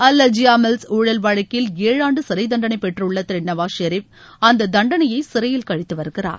அல் Azizia mills ஊழல் வழக்கில் ஏழாண்டு சிறைத்தண்டனை பெற்றுள்ள திரு நவாஸ் ஷெரீப் அந்த தண்டனையை சிறையில் கழித்து வருகிறார்